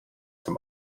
zum